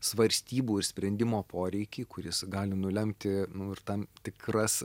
svarstybų ir sprendimo poreikį kuris gali nulemti ir tam tikras